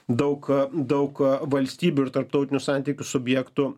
daug daug valstybių ir tarptautinių santykių subjektų